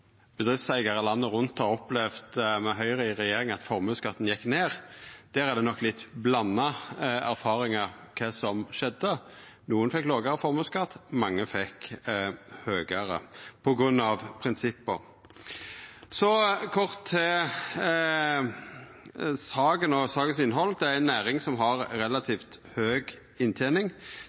bedriftseigarar landet rundt har opplevd at med Høgre i regjering gjekk formuesskatten ned. Der er det nok litt blanda erfaringar av kva som skjedde. Nokon fekk lågare formuesskatt, mange fekk høgare, grunna prinsippa. Så kort til saka og sakas innhald. Det er ei næring som har relativt høg inntening.